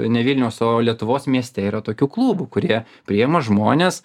ne vilniaus o lietuvos mieste yra tokių klubų kurie priima žmones